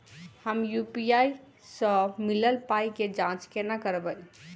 हम यु.पी.आई सअ मिलल पाई केँ जाँच केना करबै?